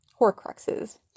Horcruxes